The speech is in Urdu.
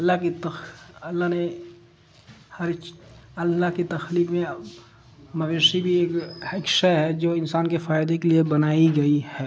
اللہ کی تخ اللہ نے ہر اللہ کی تخلیق میں مویشی بھی ایک حشا ہے جو انسان کے فائدے کے لیے بنائی گئی ہے